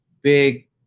big